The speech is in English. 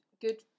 Good